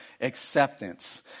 acceptance